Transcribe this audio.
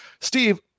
Steve